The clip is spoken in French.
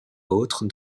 autre